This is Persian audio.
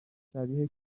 شبیه